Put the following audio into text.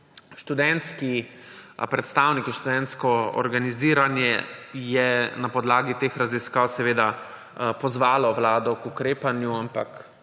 študentski predstavniki, študentsko organiziranje je na podlagi teh raziskav pozvalo Vlado k ukrepanju, ampak